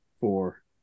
four